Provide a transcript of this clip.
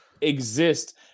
exist